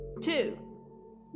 Two